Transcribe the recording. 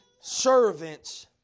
servants